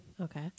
Okay